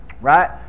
Right